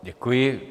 Děkuji.